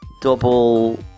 double